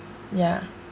yeah